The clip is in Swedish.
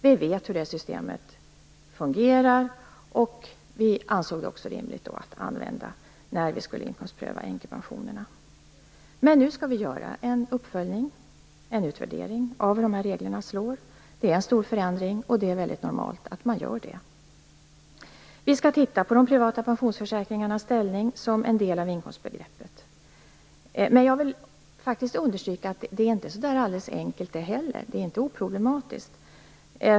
Vi vet hur det systemet fungerar, och regeringen ansåg att det var rimligt att använda det när änkepensionerna skulle inkomstprövas. Men nu skall det göras en uppföljning och en utvärdering av hur reglerna slår. Det är en stor förändring, och det är väldigt normalt att man gör så. Regeringen skall titta på de privata pensionsförsäkringarnas ställning som en del av inkomstbegreppet. Men jag vill understryka att inte heller detta är så alldeles enkelt. Det är inte oproblematiskt.